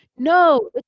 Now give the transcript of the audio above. No